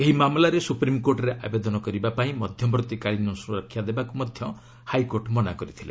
ଏହି ମାମଲାରେ ସୁପ୍ରିମ୍କୋର୍ଟରେ ଆବେଦନ କରିବା ପାଇଁ ମଧ୍ୟବର୍ତ୍ତୀ କାଳିନ ସୁରକ୍ଷା ଦେବାକୁ ମଧ୍ୟ ହାଇକୋର୍ଟ ମନା କରିଥିଲେ